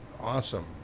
awesome